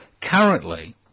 currently